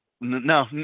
no